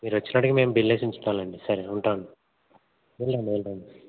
మీరు వచ్చినటికి మేము బిల్ వేసి ఉంచుతాం లేండి అండి సరే ఉంటాను వెళ్ళి రండి వెళ్ళి రండి